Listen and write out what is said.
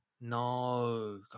No